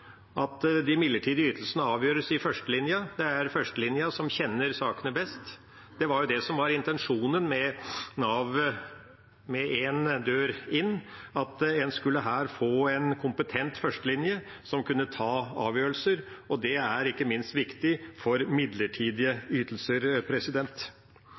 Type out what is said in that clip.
at de midlertidige ytelsene avgjøres i førstelinja. Det er førstelinja som kjenner sakene best. Det var det som var intensjonen med Nav og «én dør inn», at en her skulle få en kompetent førstelinje som kunne ta avgjørelser, og det er ikke minst viktig for midlertidige